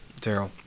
Daryl